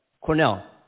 Cornell